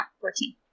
fourteen